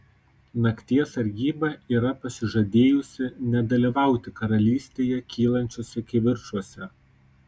nakties sargyba yra pasižadėjusi nedalyvauti karalystėje kylančiuose kivirčuose